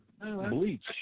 bleach